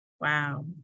Wow